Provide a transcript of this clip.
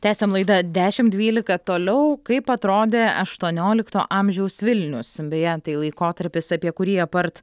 tęsiam laidą dešimt dvylika toliau kaip atrodė aštuoniolikto amžiaus vilnius beje tai laikotarpis apie kurį apart